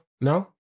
No